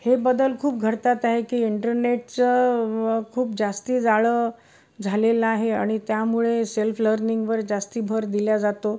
हे बदल खूप घडतात आहे की इंटरनेटचं खूप जास्त जाळं झालेलं आहे आणि त्यामुळे सेल्फ लर्निंगवर जास्त भर दिल्या जातो